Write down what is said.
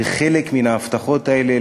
וחלק מן ההבטחות האלה,